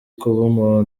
kuba